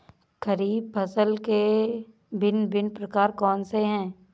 खरीब फसल के भिन भिन प्रकार कौन से हैं?